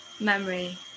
memory